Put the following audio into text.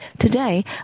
Today